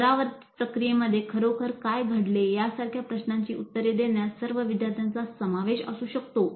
परावर्तित प्रक्रियेमध्ये खरोखर काय घडले यासारख्या प्रश्नांची उत्तरे देण्यास सर्व विद्यार्थ्यांचा समावेश असू शकतो